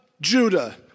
Judah